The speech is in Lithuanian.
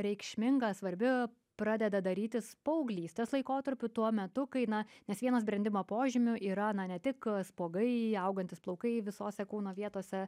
reikšminga svarbi pradeda darytis paauglystės laikotarpiu tuo metu kai na nes vienas brendimo požymių yra na ne tik spuogai augantys plaukai visose kūno vietose